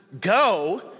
go